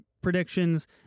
predictions